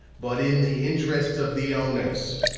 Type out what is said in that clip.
but in the interests of the owners.